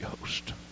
Ghost